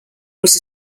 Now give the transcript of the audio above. was